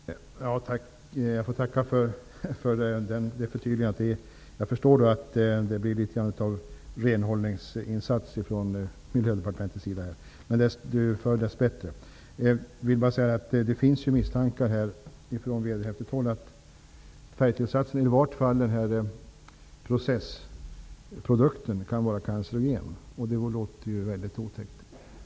Fru talman! Jag får tacka för det förtydligandet. Jag förstår att det blir litet grand av renhållningsinsatser från Miljödepartementets sida, men ju förr, desto bättre. Det finns misstankar från vederhäftigt håll att färgtillsatsen, i varje fall processprodukten, kan vara cancerogen. Det låter väldigt otäckt.